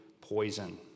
poison